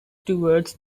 towards